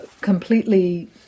completely